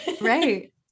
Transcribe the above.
right